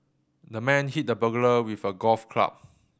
the man hit the burglar with a golf club